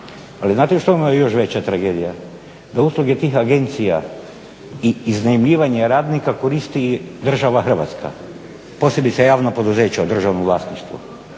Ali znate šta vam je još veća tragedija da usluge tih agencija i iznajmljivanje radnika koristi država Hrvatska. Posebice javna poduzeća u državnom vlasništvu.